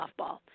softball